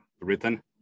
written